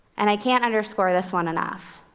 and i can't underscore this one enough